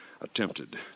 attempted